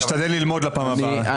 אני אשתדל ללמוד לפעם הבאה.